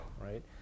right